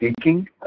speaking